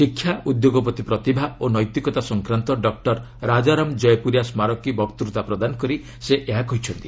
ଶିକ୍ଷା ଉଦ୍ୟୋଗପତି ପ୍ରତିଭା ଓ ନୈତିକତା ସଂକ୍ରାନ୍ତ ଡକ୍ଟର ରାଜାରାମ କୟପୁରିଆ ସ୍କାରକୀ ବକ୍ତୁତା ପ୍ରଦାନ କରି ସେ ଏହା କହିଛନ୍ତି